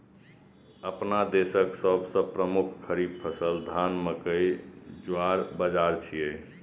अपना देशक सबसं प्रमुख खरीफ फसल धान, मकई, ज्वार, बाजारा छियै